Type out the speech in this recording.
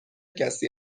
کسی